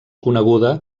coneguda